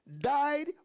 died